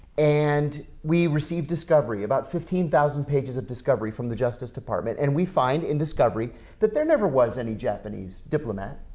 and we receive discovery about fifteen thousand pages of discovery from the justice department and we find in discovery that there never was any japanese diplomat.